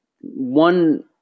one